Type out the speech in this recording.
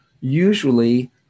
usually